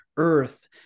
Earth